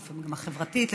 ולפעמים החברתית,